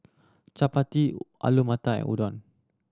Chapati Alu Matar and Udon